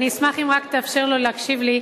אני אשמח אם רק תאפשר לו להקשיב לי,